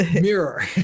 mirror